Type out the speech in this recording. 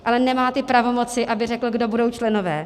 Ale nemá ty pravomoci, aby řekl, kdo budou členové.